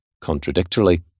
contradictorily